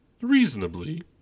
Reasonably